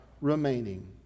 remaining